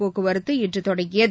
போக்குவரத்து இன்று தொடங்கியது